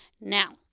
Now